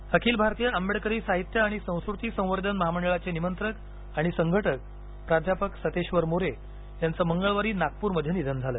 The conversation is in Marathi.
निधन अखिल भारतीय आंबेडकरी साहित्य आणि संस्कृती संवर्धन महामंडळाचे निमंत्रक आणि संघटक प्रा सतेश्वर मोरे यांचं मंगळवारी नागपूरमध्ये निधन झालं